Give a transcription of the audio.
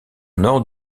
nord